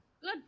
Good